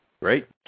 Right